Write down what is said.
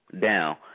down